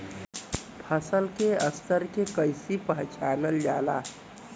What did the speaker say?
फसल के स्तर के कइसी पहचानल जाला